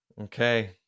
Okay